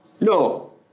No